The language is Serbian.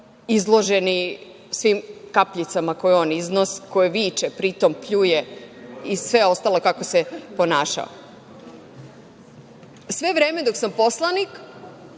izloženi svim kapljicama koje on koji viče, pri tome, pljuje i sve ostalo kako se ponašao. Sve vreme dok sam poslanik,